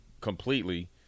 completely